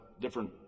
different